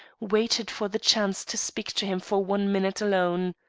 waited for the chance to speak to him for one minute alone.